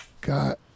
God